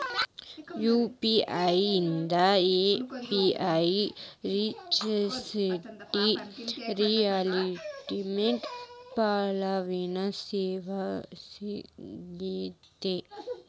UPI ಇದು NPCI ರಚಿಸಲ್ಪಟ್ಟ real time ಪಾವತಿ ವ್ಯವಸ್ಥೆಯಾಗೆತಿ